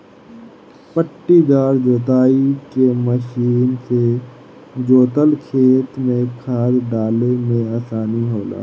पट्टीदार जोताई के मशीन से जोतल खेत में खाद डाले में आसानी होला